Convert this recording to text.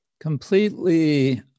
completely